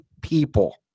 people